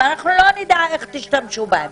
ואנחנו לא נדע איך תשתמשו בהם.